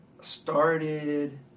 started